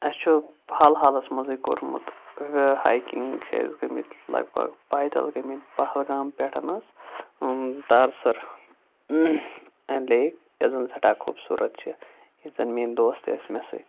اسہِ چھُ حال حالس منزے کوٚرمُت ہیکنگ چھِ أسۍ گٔمتۍ لگ بگ پیدل گٔمٕتۍ پہلگام پیٹھ حظ تارسَر لیک یۄس زن سیٹھاہ خوبصورت چھِ ییٚتہِ زن میٲنۍ دوس تہِ ٲسۍ مےٚ سۭتۍ